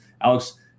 alex